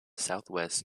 southwest